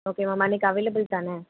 okay வா ma'am அன்னைக்கு available தானே